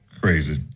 crazy